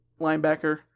linebacker